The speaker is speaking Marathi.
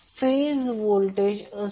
5 वॉट आहे